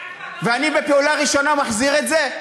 כחלון, ואני בפעולה ראשונה מחזיר את זה.